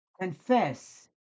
confess